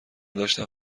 داشتم